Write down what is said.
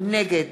נגד